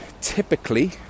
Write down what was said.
typically